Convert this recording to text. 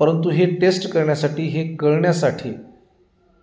परंतु हे टेस्ट करण्यासाठी हे कळण्यासाठी